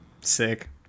sick